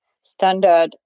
standard